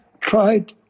tried